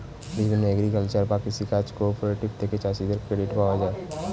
বিভিন্ন এগ্রিকালচারাল বা কৃষি কাজ কোঅপারেটিভ থেকে চাষীদের ক্রেডিট পাওয়া যায়